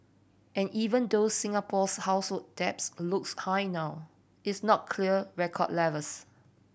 and even though Singapore's household debts looks high now is not clear record levels